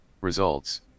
Results